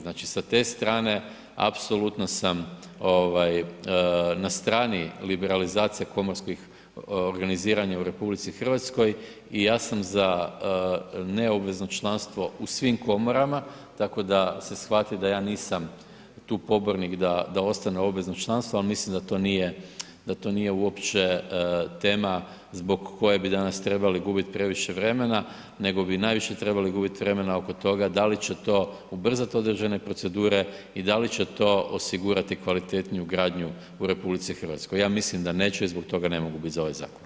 Znači sa te strane apsolutno sam na strani liberalizacije komorskih organiziranja u RH i ja sam za neobvezno članstvo u svim komorama tako da se shvati da ja nisam tu pobornik da ostane obvezno članstvo ali mislim da to nije uopće tema zbog koje bi danas trebali gubiti previše vremena nego bi najviše trebali gubiti vremena oko toga da li će to ubrzati određene procedure i da li će to osigurati kvalitetniju gradnju u RH, ja mislim da neće i zbog toga ne mogu biti za ovaj zakon.